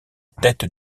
tête